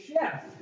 chef